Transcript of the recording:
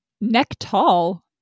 Neck-tall